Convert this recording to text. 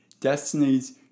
destinies